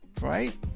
right